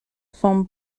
from